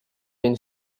been